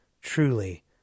Truly